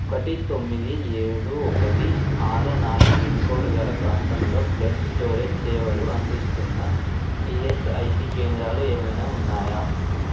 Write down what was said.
ఒకటి తొమ్మిది ఏడు ఒకటి ఆరు నాలుగు పిన్ కోడ్ గల ప్రాంతంలో బ్లడ్ స్టోరేజ్ సేవలు అందిస్తున్న ఈఎస్ఐసి కేంద్రాలు ఏమైనా ఉన్నాయా